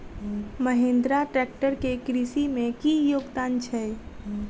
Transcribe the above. Mahindra tractor केँ कृषि मे की योगदान छै?